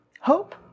hope